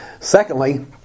Secondly